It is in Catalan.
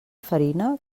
farina